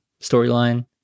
storyline